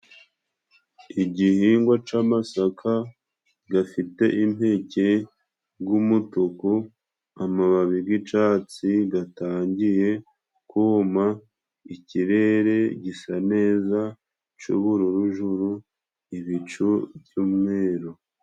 Igihingwa c'amasaka gafite impeke g'umutuku, amababi g'icatsi gatangiye kuma ikirere gisa neza c'ubururu juru ibicu by'umweru.